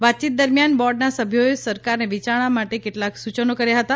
વાતયીત દરમિયાન બોર્ડના સભ્યોએ સરકારને વિચારણા માટ કેટલાંક સૂચનો કર્યા હતા